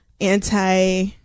anti